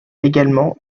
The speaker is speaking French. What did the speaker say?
également